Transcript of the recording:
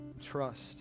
trust